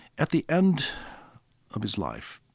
at the end of his life,